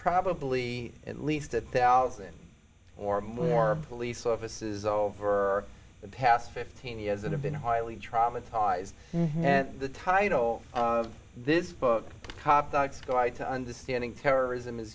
probably at least a one thousand or more police offices over the past fifteen years that have been highly traumatized and the title of this book top dogs go i to understanding terrorism is